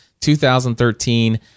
2013